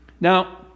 Now